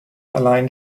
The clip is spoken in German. allein